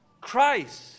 Christ